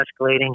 escalating